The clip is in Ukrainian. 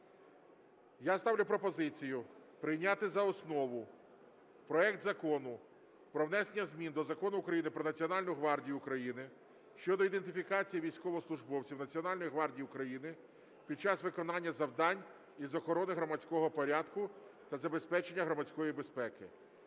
Я ставлю пропозицію прийняти за основу проект Закону про внесення змін до Закону України "Про Національну гвардію України" (щодо ідентифікації військовослужбовців Національної гвардії України під час виконання завдань із охорони громадського порядку та забезпечення громадської безпеки)